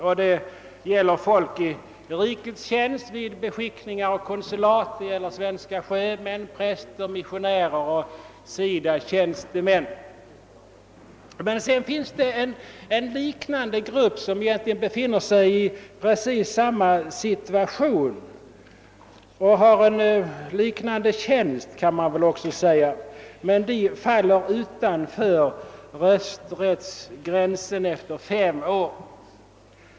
Det gäller personer i rikets tjänst vid beskickningar och konsulat, sjömän, präster, missionärer och SIDA-tjänstemän. Det finns emellertid en liknande grupp som befinner sig i samma situation och med en liknande tjänst men som trots detta inte får behålla sin rösträtt efter fem år.